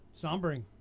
Sombering